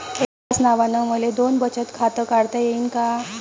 एकाच नावानं मले दोन बचत खातं काढता येईन का?